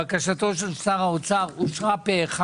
בקשתו של שר האוצר אושרה פה אחד.